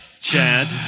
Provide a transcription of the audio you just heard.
Chad